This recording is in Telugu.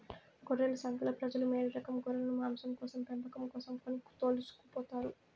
గొర్రెల సంతలో ప్రజలు మేలురకం గొర్రెలను మాంసం కోసం పెంపకం కోసం కొని తోలుకుపోతారు